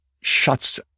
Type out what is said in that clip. shuts